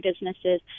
businesses